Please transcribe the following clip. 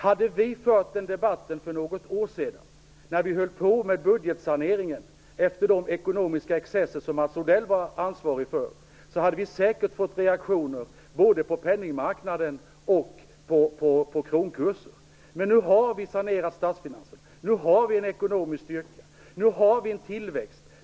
Hade vi fört den debatten för något år sedan, när vi höll på med budgetsaneringen efter de ekonomiska excesser som Mats Odell var ansvarig för, hade vi säkert fått reaktioner på både penningmarknad och kronkurs. Men nu har vi sanerat statsfinanserna. Nu har vi en ekonomisk styrka, och nu har vi en tillväxt.